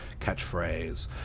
catchphrase